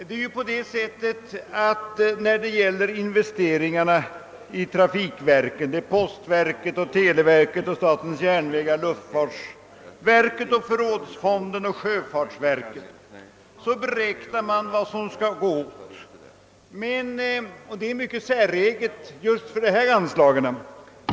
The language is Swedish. När det gäller kommunikationsverkens investeringar — postverkets, televerkets, statens järnvägars och luftfartsverkets fonder samt statens vägverks förrådsfond och sjöfartsverkets fond — beräknar man vad som kommer ati gå åt. Men allt detta är emellertid mycket säreget just för dessa anslag.